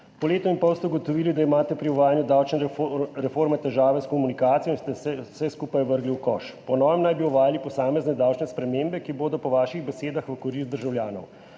Po letu in pol ste ugotovili, da imate pri uvajanju davčne reforme težave s komunikacijo in ste vse skupaj vrgli v koš. Po novem naj bi uvajali posamezne davčne spremembe, ki bodo po vaših besedah v korist državljanov.